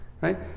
right